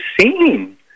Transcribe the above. seen